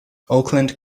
oakland